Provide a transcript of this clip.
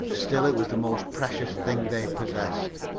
still it was the most precious thing they possessed.